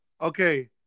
Okay